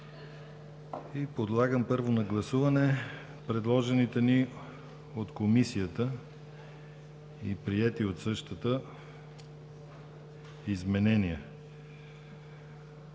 подлагам на гласуване предложените ни от Комисията и приети от същата изменения